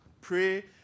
Pray